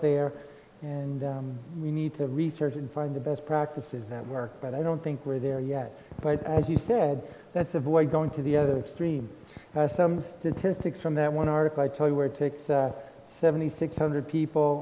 there and we need to research and find the best practices that work but i don't think we're there yet but as you said that's avoid going to the other extreme has some statistics from that one article i tell you where it takes seventy six hundred people